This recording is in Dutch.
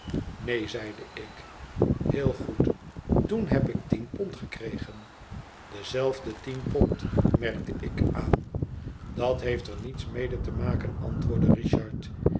neen zeide ik heel goed toen heb ik tien pond gekregen dezelfde tien pond merkte ik aan dat heeft er niets mede te maken antwoordde richard